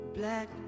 Black